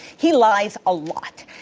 he lies a lot.